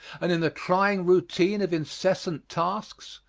and in the trying routine of incessant tasks,